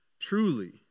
truly